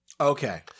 Okay